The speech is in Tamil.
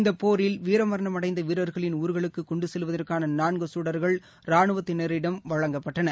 இந்த போரில் வீரமரணம் அடைந்த வீரர்களின் ஊர்களுக்கு கொண்டு செல்வதற்கான நான்கு சுடர்கள் ராணுவத்தினரிடம் வழங்கப்பட்டன